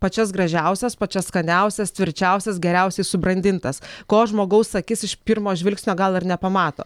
pačias gražiausias pačias skaniausias tvirčiausias geriausiai subrandintas ko žmogaus akis iš pirmo žvilgsnio gal ir nepamato